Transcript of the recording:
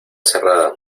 cerrada